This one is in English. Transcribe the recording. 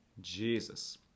Jesus